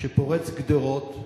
שפורץ גדרות,